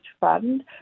Fund